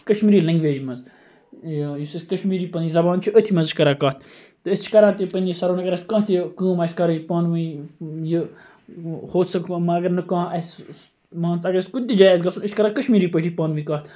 Kashmiri language مَنٛز یُس اَسہِ کَشمیٖری پَنٕنۍ زَبان چھِ أتھۍ مَنٛز کران کتھ تہٕ أسۍ چھِ کَران تہِ پَنہٕ نِس سَراونٛڈِنٛگس کانٛہہ تہِ کٲم آسہِ کَرٕنۍ پانہٕ وٲنۍ یہِ ہو سکا اگر نہٕ کانٛہہ اَسہِ مان ژٕ اگر اَسہِ کُنہِ تہِ جایہِ آسہِ گَژھُن أسۍ چھِ کَران کَشمیٖری پٲٹھی پانہٕ وٲنۍ کتھ